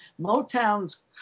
Motown's